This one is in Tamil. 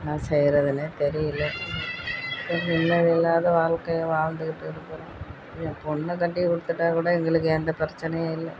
என்ன செய்கிறதுன்னே தெரியலை இந்த நிம்மதியில்லாத வாழ்க்கைய வாழ்ந்துக்கிட்டு இருக்கிறோம் என் பொண்ணை கட்டி கொடுத்துட்டா கூட எங்களுக்கு எந்த பிரச்சினையும் இல்லை